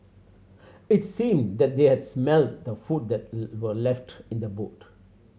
it seemed that they had smelt the food that were left in the boot